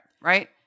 right